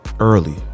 Early